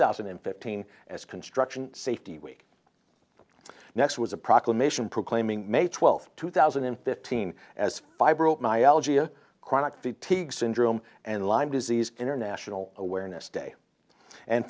thousand and fifteen as construction safety week next was a proclamation proclaiming may twelfth two thousand and fifteen as my algea chronic fatigue syndrome and lyme disease international awareness day and